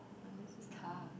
on this car